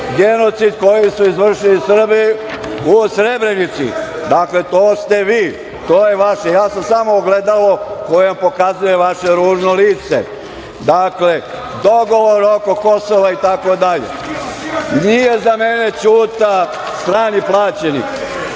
genocid koji su izvršili Srbi u Srebrenici. To ste vi. To je vaše. Ja sam samo ogledalo koje vam pokazuje vaše ružno lice. Dogovor oko Kosova itd. Nije za mene Ćuta strani plaćenik.